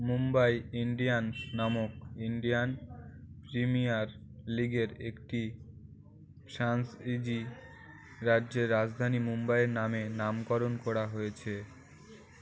Mumbai Indians নামক Indian premier লিগের একটি সায়েন্স ইজি রাজ্যে রাজধানী মুম্বাইের নামে নামকরণ করা হয়েছে